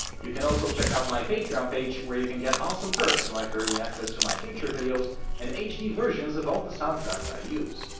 you can also check out my patreon page, where you can get awesome perks like early access to my future videos and hd versions of all the soundtracks i use.